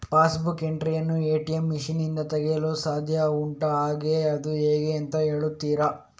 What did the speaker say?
Pass book entry ಯನ್ನು ATM machine ನಿಂದ ತೆಗೆಯಲು ಸಾಧ್ಯ ಉಂಟಾ ಹಾಗೆ ಅದು ಹೇಗೆ ಎಂದು ಹೇಳುತ್ತೀರಾ?